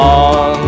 on